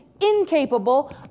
incapable